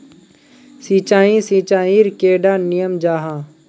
सिंचाई सिंचाईर कैडा नियम जाहा?